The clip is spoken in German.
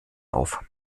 auf